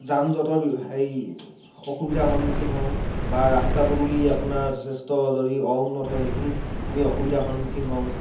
যানজঁটৰ সেই অসুবিধাৰ সন্মুখীন হওঁ বা ৰাস্তা পদূলি আপোনাৰ যথেষ্ট যদি অউন্নত হয় সেইখিনিত আমি অসুবিধাৰ সন্মুখীন হওঁ